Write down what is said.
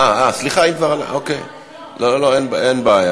אה, סליחה, אם כבר, לא, אין בעיה.